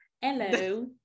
Hello